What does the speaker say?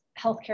healthcare